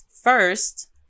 First